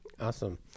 Awesome